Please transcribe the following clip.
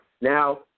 now